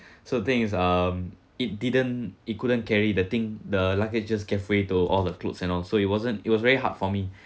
so the thing is um it didn't it couldn't carry the thing the luggage just getaway to all the clothes and all so it wasn't it was very hard for me